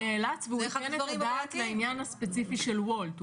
הוא נאלץ והוא ייתן את הדעת לעניין הספציפי של וולט.